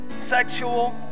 sexual